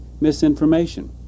misinformation